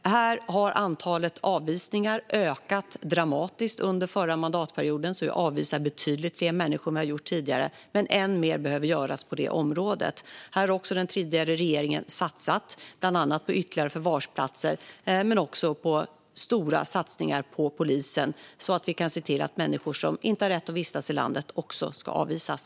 Här har antalet avvisningar ökat dramatiskt under den förra mandatperioden. Vi avvisar betydligt fler människor än vi har gjort tidigare. Men än mer behöver göras på det området. Här har också den tidigare regeringen satsat bland annat på ytterligare förvarsplatser. Men den har också gjort stora satsningar på polisen så att vi kan se till att människor som inte har rätt att vistas i landet ska avvisas.